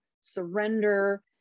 surrender